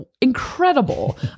incredible